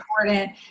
important